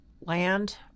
land